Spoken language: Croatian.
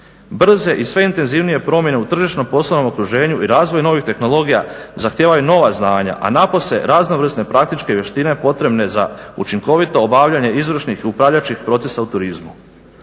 Brze i sve intenzivnije promjene u tržišno-poslovnom okruženju i razvoju novih tehnologija zahtijevaju nova znanja, a napose raznovrsne praktične vještine potrebne za učinkovito obavljanje izvršnih i upravljačkih procesa u turizmu.